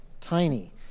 tiny